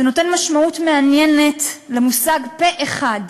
זה נותן משמעות מעניינת למושג פה-אחד.